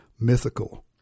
mythical